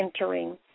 entering